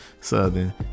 Southern